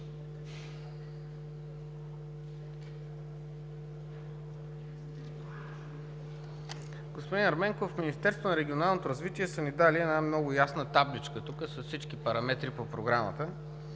Господин Ерменков, от Министерството на регионалното развитие са ни дали една много ясна табличка, с всички параметри по Програмата.